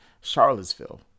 Charlottesville